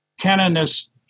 canonist